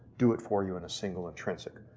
do it for you in a single intrinsic.